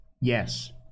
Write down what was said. yes